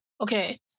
okay